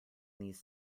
these